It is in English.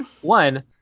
One